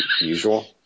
usual